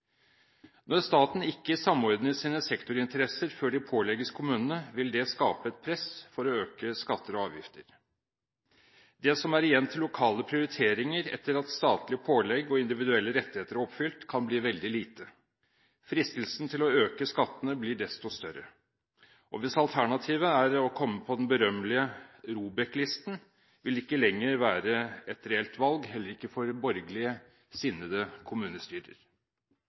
Når staten ikke samordner sine sektorinteresser før de pålegges kommunene, vil det skape et press for å øke skatter og avgifter. Det som er igjen til lokale prioriteringer etter at statlige pålegg og individuelle rettigheter er oppfylt, kan bli veldig lite. Fristelsen til å øke skattene blir desto større, og hvis alternativet er å komme på den berømmelige ROBEK-listen, vil det ikke lenger være et reelt valg, heller ikke for borgerligsinnede kommunestyrer.